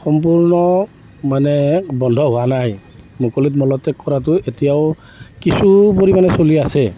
সম্পূৰ্ণ মানে বন্ধ হোৱা নাই মুকলিত মল ত্যাগ কৰাতো এতিয়াও কিছু পৰিমাণে চলি আছে